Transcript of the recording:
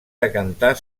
decantar